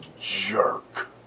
jerk